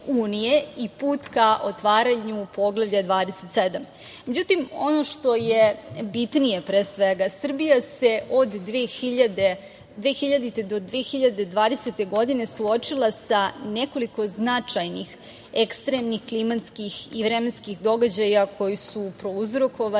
i put ka otvaranju Poglavlja 27.Međutim, ono što je bitnije, pre svega, Srbija se od 2000. do 2020. godine, suočila sa nekoliko značajnih ekstremnih klimatskih i vremenskih događaja koji su prouzrokovali